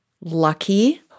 Lucky